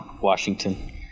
washington